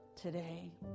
today